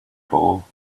bow